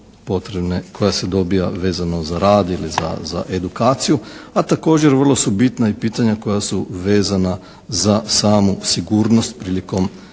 koja se dobija vezano za rad ili za edukaciju a također vrlo su bitna i pitanja koja su vezana za samu sigurnost prilikom